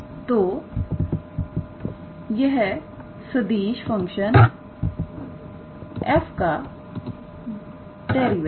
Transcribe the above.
तो यह सदिश फंक्शन f का डेरिवेटिव है